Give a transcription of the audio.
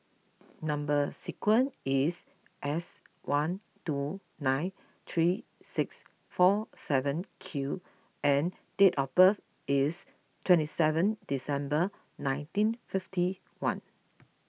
Number Sequence is S one two nine three six four seven Q and date of birth is twenty seven December nineteen fifty one